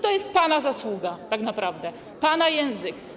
To jest pana zasługa tak naprawdę, pana języka.